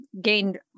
gained